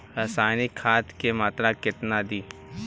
रसायनिक खाद के मात्रा केतना दी?